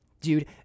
dude